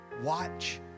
watch